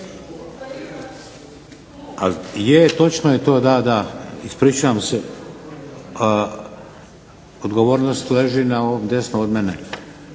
Je, točno je to, da, da. Ispričavam se. Odgovornost leži na ovom desno od mene,